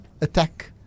attack